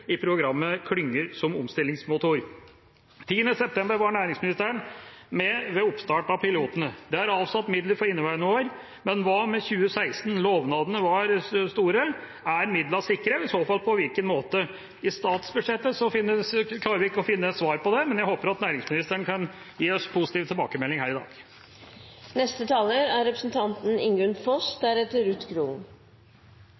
i programmet «Klyngene som omstillingsmotor». Den 10. september var næringsministeren med ved oppstart av pilotene. Det er avsatt midler for inneværende år, men hva med 2016? Lovnadene var store. Er midlene sikret, og i så fall på hvilken måte? I statsbudsjettet klarer vi ikke å finne svar på det, men jeg håper at næringsministeren kan gi oss positive tilbakemeldinger her i dag. Statsbudsjettet for 2016 er